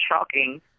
shocking